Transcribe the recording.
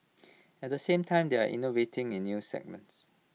at the same time they are innovating in new segments